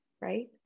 right